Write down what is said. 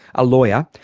a lawyer,